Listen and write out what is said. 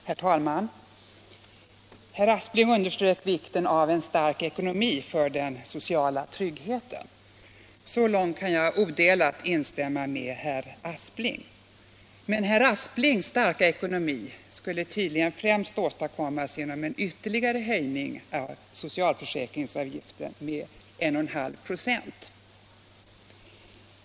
Herr talman! Herr Aspling underströk vikten av en stark ekonomi för den sociala tryggheten, och så långt kan jag odelat instämma med honom. Men herr Asplings starka ekonomi skulle tydligen främst åstadkommas genom en ytterligare höjning av socialförsäkringsavgiften med 1,5 26.